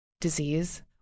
disease